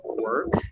work